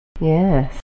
Yes